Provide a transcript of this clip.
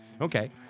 Okay